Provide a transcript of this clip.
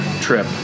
trip